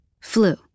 flu